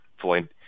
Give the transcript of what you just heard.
Floyd